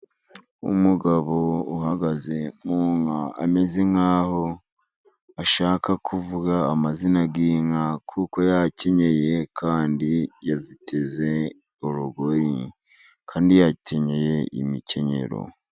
Umugabo uhagaze ameze nkaho ashaka kuvuga amazina y'inka kuko yakenyeye kandi yaziteze ururgori kandi yakenyeye imikenyero.